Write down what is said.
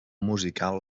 musical